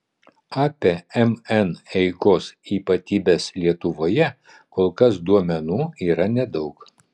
apie mn eigos ypatybes lietuvoje kol kas duomenų yra nedaug